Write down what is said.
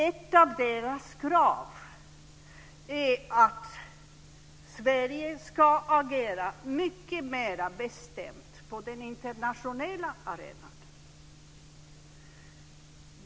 Ett av deras krav är att Sverige ska agera mycket mer bestämt på den internationella arenan.